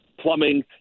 plumbing